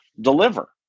deliver